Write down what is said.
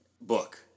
book